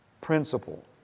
principle